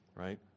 right